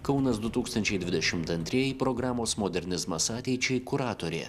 kaunas du tūkstančiai dvidešimt antrieji programos modernizmas ateičiai kuratorė